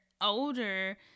older